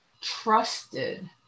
trusted